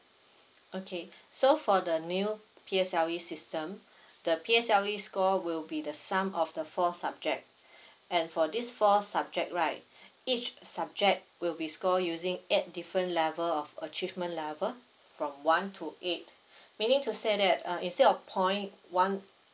okay so for the new P_S_L_E system the P_S_L_E score will be the sum of the four subject and for this four subject right each subject will be score using eight different level of achievement level from one to eight meaning to say that uh instead of point one